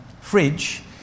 fridge